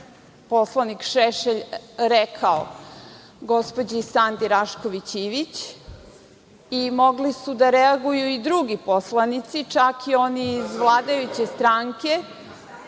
poslanik Šešelj rekao gospođi Sandi Rašković Ivić i mogli su da reaguju i drugi poslanici, čak i oni iz vladajuće stranke